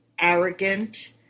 arrogant